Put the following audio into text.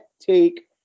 take